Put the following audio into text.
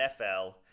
nfl